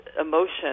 emotion